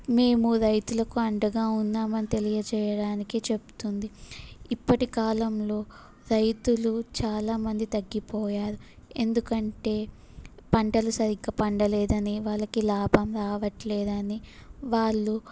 మేము రైతులకు అండగా ఉన్నామని తెలియచేయడానికి చెప్తుంది ఇప్పటి కాలంలో రైతులు చాలా మంది తగ్గిపోయారు ఎందుకంటే పంటలు సరిగ్గా పండలేదని వాళ్ళకు లాభం రావట్లేదని వాళ్ళు